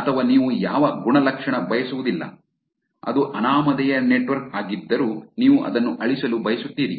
ಅಥವಾ ನೀವು ಯಾವ ಗುಣಲಕ್ಷಣ ಬಯಸುವುದಿಲ್ಲ ಇದು ಅನಾಮಧೇಯ ನೆಟ್ವರ್ಕ್ ಆಗಿದ್ದರೂ ನೀವು ಅದನ್ನು ಅಳಿಸಲು ಬಯಸುತ್ತೀರಿ